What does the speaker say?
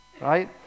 Right